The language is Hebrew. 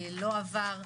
לא עבר.